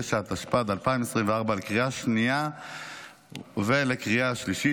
69), התשפ"ד 2024, לקריאה השנייה ולקריאה השלישית.